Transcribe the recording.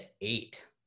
eight